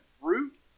fruit